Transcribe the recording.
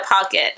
pocket